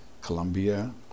Colombia